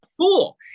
cool